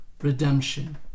redemption